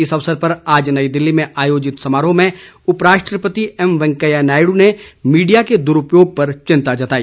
इस अवसर पर आज नई दिल्ली में आयोजित समारोह में उपराष्ट्रपति एम वेंकैया नायड् ने मीडिया के दुरूपयोग पर चिंता जताई